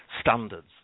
standards